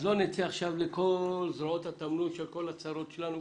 ולא נצא עכשיו לכל זרועות התמנון של כל הצרות שלנו.